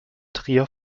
trier